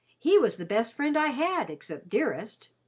he was the best friend i had except dearest.